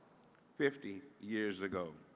fifty years ago.